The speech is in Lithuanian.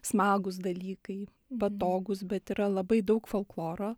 smagūs dalykai patogus bet yra labai daug folkloro